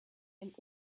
ein